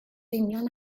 union